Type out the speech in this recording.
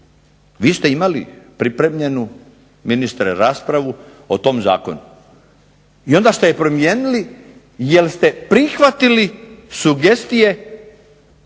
Vi ste imali pripremljenu ministre raspravu o tom zakonu i onda ste je promijenili jer ste prihvatili sugestije